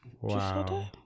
wow